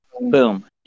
boom